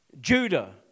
Judah